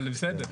אבל בסדר.